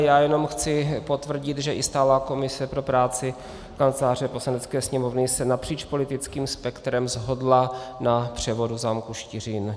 Já jenom chci potvrdit, že i stálá komise pro práci Kanceláře Poslanecké sněmovny se napříč politickým spektrem shodla na převodu zámku Štiřín.